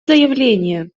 заявление